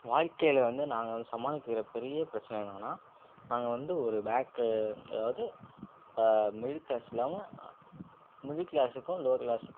வாழ்க்கையில் வந்து நாங்கள் சமாளிக்கிற பெரிய பிரச்சனை என்னென்னா நாங்கள் வந்து ஒரு பேக்கு அதாவது மிடில் கிளாஸ் இல்லாமல் மிடில் கிளாஸுக்கும் லோ கிளாஸுக்கும்